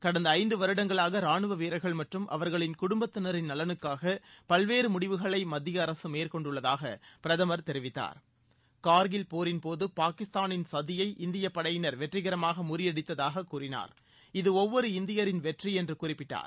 கடந்த ஐந்து வருடங்களாக ரானுவ வீரர்கள் மற்றும் அவர்களின் குடும்பத்தினரின் நலனுக்காக பல்வேறு முடிவுகளை மத்திய அரசு மேற்கொண்டள்ளதாக பிரதமர் தெரிவித்தார் கார்கில் போரின்போது பாகிஸ்தானின் சதியை இந்தியப்படையினர் வெற்றிகரமாக முறியடித்ததாகக் கூறினார் இது இவ்வொரு இந்தியர்களின் வெற்றி என்று அவர் குறிப்பிட்டார்